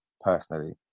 personally